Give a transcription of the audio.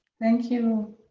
thank you.